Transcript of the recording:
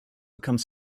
become